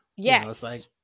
Yes